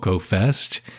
Fest